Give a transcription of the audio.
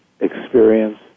experience